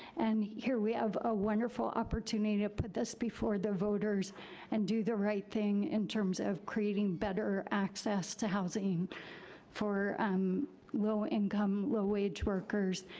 and here we have a wonderful opportunity to put this before the voters and do the right thing in terms of creating better access to housing for um low income, low wage workers,